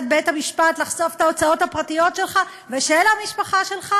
בית-המשפט לחשוף את ההוצאות הפרטיות שלך ושל המשפחה שלך,